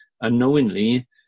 unknowingly